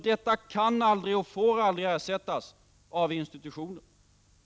Detta kan aldrig och får aldrig ersättas av institutioner.